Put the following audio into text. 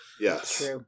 Yes